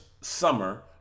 summer